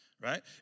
right